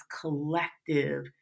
collective